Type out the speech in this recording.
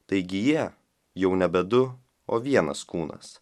taigi jie jau nebe du o vienas kūnas